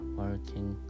working